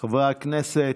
חברי הכנסת,